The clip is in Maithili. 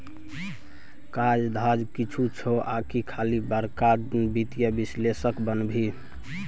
काज धाज किछु छौ आकि खाली बड़का वित्तीय विश्लेषक बनभी